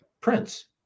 Prince